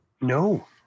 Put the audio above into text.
No